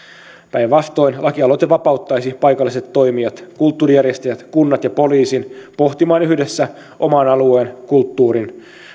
päinvastoin lakialoite vapauttaisi paikalliset toimijat kulttuurijärjestäjät kunnat ja poliisin pohtimaan yhdessä oman alueen kulttuurin